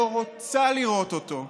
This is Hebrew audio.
לא רוצה לראות אותו,